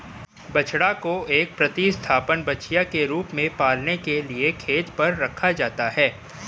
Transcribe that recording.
बछड़ा को एक प्रतिस्थापन बछिया के रूप में पालने के लिए खेत पर रखा जाता है